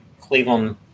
Cleveland